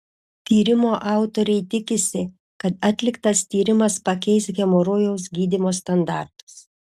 tyrimo autoriai tikisi kad atliktas tyrimas pakeis hemorojaus gydymo standartus